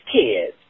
kids